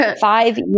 Five